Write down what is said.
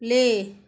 play